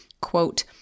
quote